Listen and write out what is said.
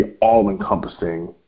all-encompassing